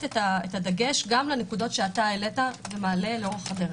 את הדגש גם לנקודות שהעלית ומעלה לאורך הדרך.